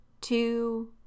two